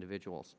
individuals